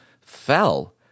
fell